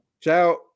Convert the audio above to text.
Ciao